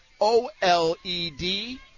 OLED